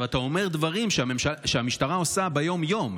אתה אומר דברים שהמשטרה עושה ביום-יום,